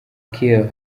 kiir